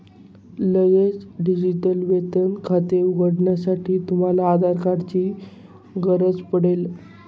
लगेचच डिजिटल वेतन खाते उघडण्यासाठी, तुम्हाला आधार कार्ड ची गरज पडेल